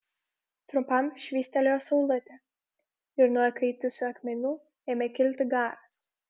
trumpam švystelėjo saulutė ir nuo įkaitusių akmenų ėmė kilti garas